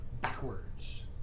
backwards